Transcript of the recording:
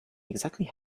exactly